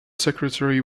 secretary